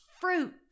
fruit